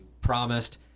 promised